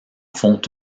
font